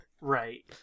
Right